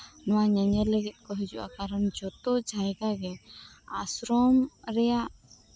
ᱱᱚᱣᱟ ᱧᱮᱧᱮᱞ ᱞᱟᱹᱜᱤᱫ ᱠᱚ ᱦᱤᱡᱩᱜᱼᱟ ᱠᱟᱨᱚᱱ ᱡᱚᱛᱚ ᱡᱟᱭᱜᱟ ᱜᱮ ᱟᱥᱨᱚᱢ ᱨᱮᱭᱟᱜ